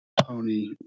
pony